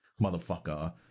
motherfucker